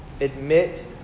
admit